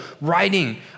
writing